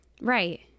Right